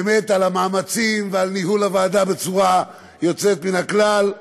באמת על המאמצים ועל ניהול הוועדה בצורה יוצאת מן הכלל,